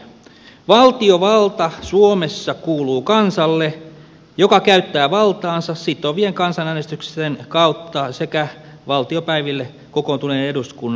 valtiovalta suomessa kuuluu kansalle joka käyttää valtaansa sitovien kansanäänestysten kautta sekä valtiopäiville kokoontuneen eduskunnan edustuksella